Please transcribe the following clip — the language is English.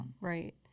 right